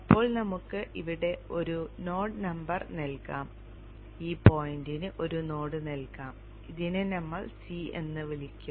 അപ്പോൾ നമുക്ക് ഇവിടെ ഒരു നോഡ് നമ്പർ നൽകാം ഈ പോയിന്റിന് ഒരു നോഡ് നൽകാം ഇതിനെ നമ്മൾ c എന്ന് വിളിക്കും